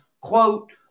Quote